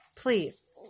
Please